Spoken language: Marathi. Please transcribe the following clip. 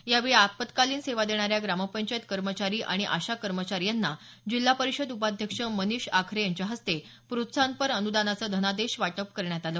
यावेळी आपत्कालीन सेवा देणाऱ्या ग्रामपंचायत कर्मचारी आणि आशा कर्मचारी यांना जिल्हा परिषद उपाध्यक्ष मनीष आखरे यांच्या हस्ते प्रोत्साहनपर अनुदानाचे धनादेश वाटप करण्यात आले